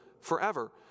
forever